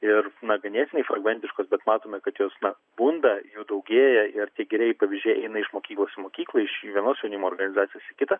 ir na ganėtinai fragmentiškos bet matome kad jos na bunda jų daugėja ir tai gerieji pavyzdžiai eina iš mokyklos į mokyklą iš vienos jaunimo organizacijas į kitą